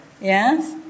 yes